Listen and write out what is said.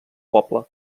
poble